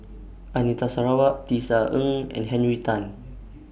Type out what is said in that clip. Anita Sarawak Tisa Ng and Henry Tan